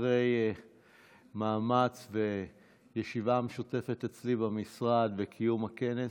אחרי מאמץ וישיבה משותפת אצלי במשרד וקיום הכנס,